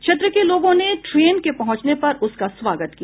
क्षेत्र के लोगों ने ट्रेन के पहुंचने पर उसका स्वागत किया